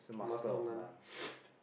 master of none